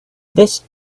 this